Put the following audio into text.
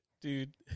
Dude